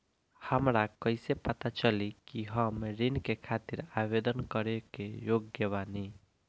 हमरा कइसे पता चली कि हम ऋण के खातिर आवेदन करे के योग्य बानी?